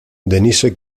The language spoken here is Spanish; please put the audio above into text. denise